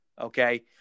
okay